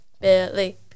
Billy